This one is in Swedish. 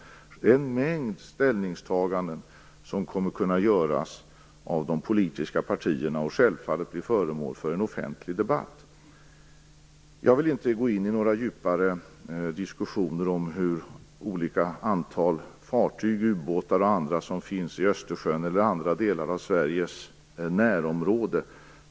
Det är en mängd ställningstaganden som kommer att kunna göras av de politiska partierna och självfallet bli föremål för en offentlig debatt. Jag vill inte gå in i några djupare diskussioner om olika antal fartyg, ubåtar och andra, som finns i Östersjön eller andra delar av Sveriges närområde.